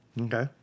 Okay